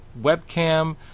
webcam